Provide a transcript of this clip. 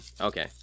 Okay